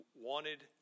wanted